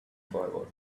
forward